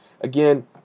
again